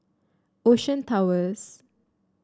Ocean Towers